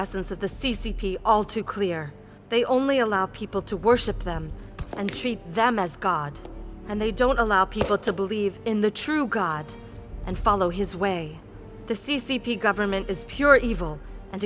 essence of the c c p all too clear they only allow people to worship them and treat them as god and they don't allow people to believe in the true god and follow his way the c c p government is pure evil and